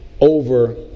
over